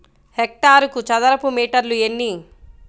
హెక్టారుకు చదరపు మీటర్లు ఎన్ని?